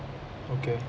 okay